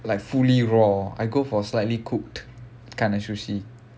like fully raw I go for slightly cooked kind of sushi